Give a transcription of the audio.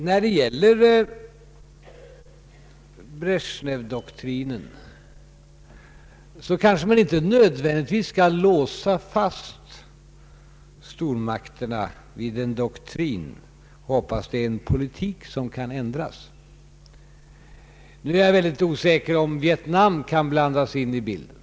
När det gäller Brezjnevdoktrinen skall man kanske inte nödvändigtvis låsa fast stormakterna vid en doktrin utan hoppas att det är en politik som kan ändras. Jag är väldigt osäker om Vietnam kan blandas in i bilden.